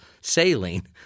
saline